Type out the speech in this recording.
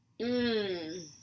Mmm